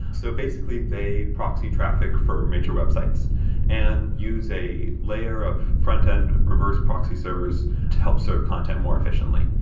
so basically, they proxy traffic for major websites and use a layer of frontend reverse proxy servers to help server content more efficiently.